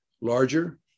larger